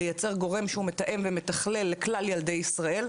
לייצר גורם שהוא מתאם ומתכלל לכלל ילדי ישראל,